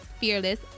fearless